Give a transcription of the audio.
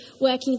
working